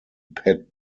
pet